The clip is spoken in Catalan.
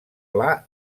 pla